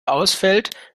ausfällt